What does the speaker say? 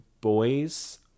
boys